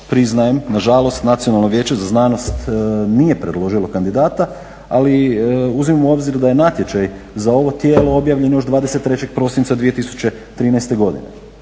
priznajem, nažalost Nacionalno vijeće za znanost nije predložilo kandidata, ali uzmimo u obzir da je natječaj za ovo tijelo objavljen još 23. prosinca 2013. godine.